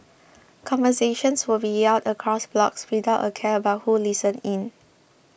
conversations would be yelled across blocks without a care about who listened in